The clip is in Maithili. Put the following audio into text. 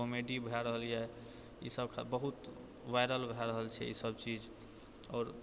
कॉमेडी भए रहल यऽ ई सबके बहुत वायरल भए रहल छै ई सब चीज आओर